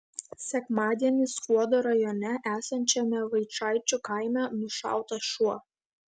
sekmadienį skuodo rajone esančiame vaičaičių kaime nušautas šuo